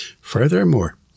Furthermore